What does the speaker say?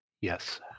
Yes